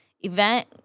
event